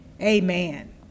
amen